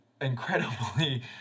incredibly